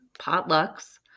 potlucks